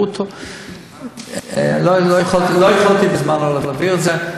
ברוטו, לא יכלו בזמנו להעביר את זה.